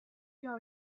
调查